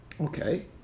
Okay